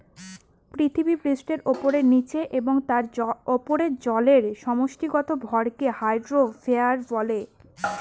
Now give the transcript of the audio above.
পৃথিবীপৃষ্ঠের উপরে, নীচে এবং তার উপরে জলের সমষ্টিগত ভরকে হাইড্রোস্ফিয়ার বলে